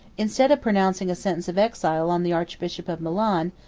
instead of pronouncing a sentence of exile on the archbishop of milan,